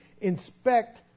inspect